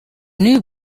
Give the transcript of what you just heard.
new